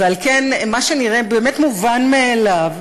ועל כן, מה שנראה באמת מובן מאליו,